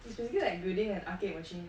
it's basically like building an arcade machine